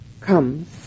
comes